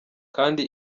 kandi